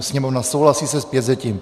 Sněmovna souhlasí se zpětvzetím.